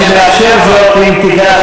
אפשר להגיב,